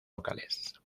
locales